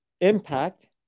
impact